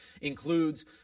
includes